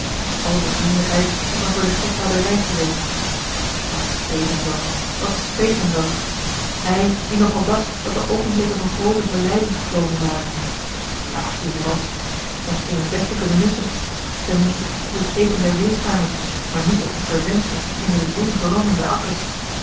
de vriendelijkheid was maar voor den gek houderij geweest wat speet hem dat wat speet hem dat hij die nogal dacht dat de oogenblikken van groote verleiding gekomen waren dwaas die hij was men scheen hem best te kunnen missen ten minste op de schepen der zeeschuimers maar niet op die verwenschte in de zon brandende akkers